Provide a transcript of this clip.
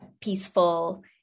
peaceful